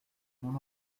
mon